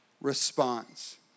response